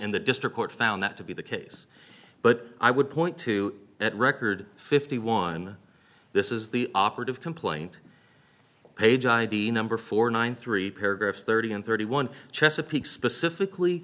and the district court found that to be the case but i would point to that record fifty one this is the operative complaint page id number four nine three paragraphs thirty and thirty one chesapeake specifically